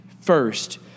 first